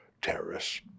terrorists